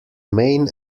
main